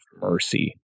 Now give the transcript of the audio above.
mercy